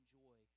joy